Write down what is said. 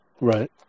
Right